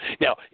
Now